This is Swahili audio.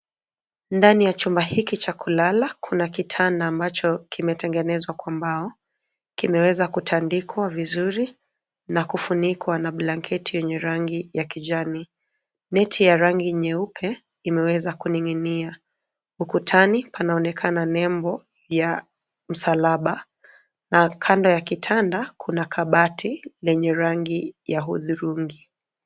Ndani ya chumba hiki cha kulala kuna kitanda ambacho kimetengenezwa kwa mbao, kimeweza kutandikwa vizuri na kufunikwa na blanketi yenye rangi ya kijani. Neti ya rangi nyeupe imeweza kuning'inia. Ukatani panaonekana nembo ya msalaba na kando ya kitanda kuna kabati lenye rangi ya hudhurungi.